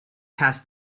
past